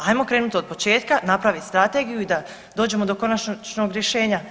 Hajmo krenuti od početka, napravit strategiju i da dođemo do konačnog rješenja.